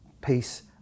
peace